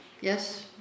Yes